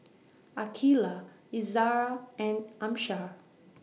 Aqeelah Izzara and Amsyar